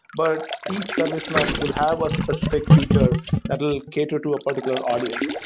but each service mesh will have a specific feature that will cater to a particular audience.